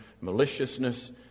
maliciousness